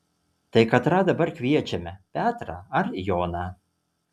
tai katrą dabar kviečiame petrą ar joną